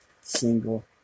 single